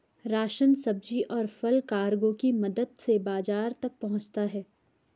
ration, सब्जी, और फल कार्गो की मदद से बाजार तक पहुंचता है